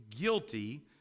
guilty